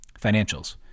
Financials